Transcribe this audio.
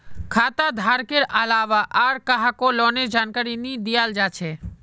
खाता धारकेर अलावा आर काहको लोनेर जानकारी नी दियाल जा छे